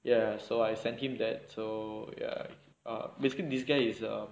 ya so I send him that so ya err basically this guy is a